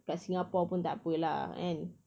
kat singapore pun tak [pe] lah kan